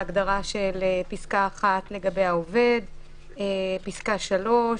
ההגדרה של פסקה (1) לגבי העובד ופסקה (3).